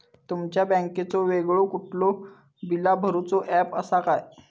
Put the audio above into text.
तुमच्या बँकेचो वेगळो कुठलो बिला भरूचो ऍप असा काय?